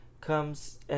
comes